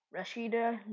Rashida